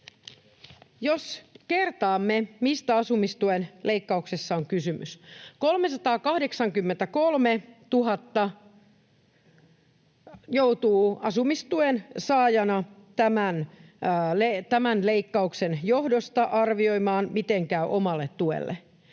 Jos kertaamme, mistä asumistuen leikkauksessa on kysymys: 383 000 joutuu asumistuen saajina tämän leikkauksen johdosta arvioimaan, miten käy omalle tuelle.